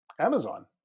Amazon